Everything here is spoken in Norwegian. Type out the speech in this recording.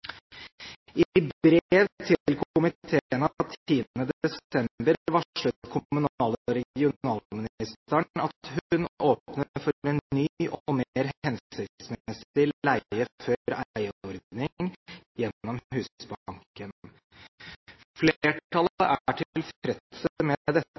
I brev til komiteen av 10. desember varslet kommunal- og regionalministeren at hun åpner for en ny og mer hensiktsmessig leie-før-eie-ordning gjennom Husbanken. Flertallet er tilfreds med dette,